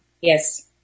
Yes